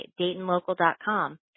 DaytonLocal.com